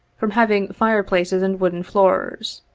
from having fire-places and wooden floors.